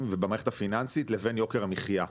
ובמערכת הפיננסית לבין יוקר המחיה.